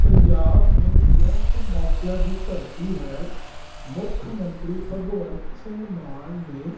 ਪੰਜਾਬ ਹੁਣ ਬੇਅੰਤ ਮੌਕਿਆਂ ਦੀ ਧਰਤੀ ਹੈ ਮੁੱਖ ਮੰਤਰੀ ਭਗਵੰਤ ਸਿੰਘ ਮਾਨ ਨੇ